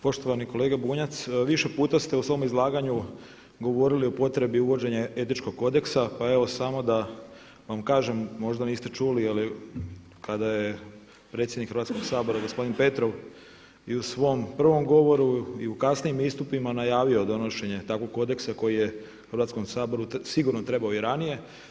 Poštovani kolega Bunjac, više puta ste u svom izlaganju govorili o potrebi uvođenja Etičkog kodeksa, pa evo samo da vam kažem, možda niste čuli ali kada je predsjednik Hrvatskog sabora gospodin Petrov i u svom prvom govoru i u kasnijim istupima najavio donošenje takvog kodeksa koji je Hrvatskom saboru sigurno trebao i ranije.